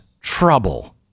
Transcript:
trouble